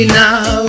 now